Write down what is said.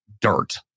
dirt